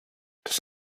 does